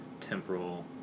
temporal